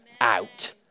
out